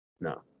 no